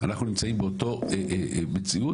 אנחנו נמצאים באותה מציאות,